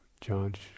judge